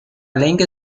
لنگ